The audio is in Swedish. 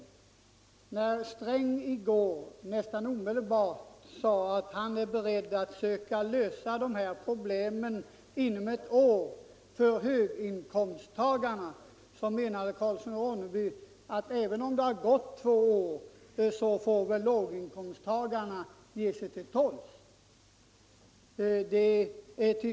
Medan herr Sträng i går nästan omedelbart sade att han är beredd att försöka lösa dessa problem inom ett år för höginkomsttagarna menade herr Karlsson i Ronneby att låginkomsttagarna får ge sig till tåls, även om det dröjer två år innan deras problem blir lösta.